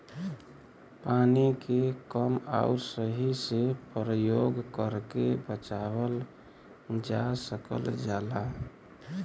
पानी के कम आउर सही से परयोग करके बचावल जा सकल जाला